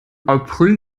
april